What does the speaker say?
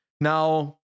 Now